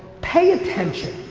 pay attention,